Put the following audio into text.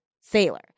Sailor